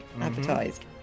advertised